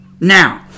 now